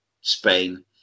Spain